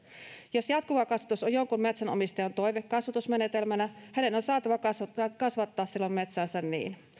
jos jatkuva kasvatus on jonkun metsänomistajan toive kasvatusmenetelmänä hänen on saatava kasvattaa silloin metsäänsä niin